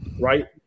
right